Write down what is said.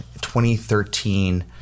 2013